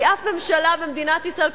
כי שום ממשלה במדינת ישראל,